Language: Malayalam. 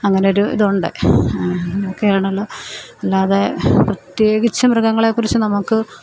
അങ്ങനൊരു ഇതുണ്ട് അങ്ങനെയൊക്കെ ആണല്ലോ അല്ലാതെ പ്രത്യേകിച്ചും മൃഗങ്ങളെ കുറിച്ച് നമുക്ക്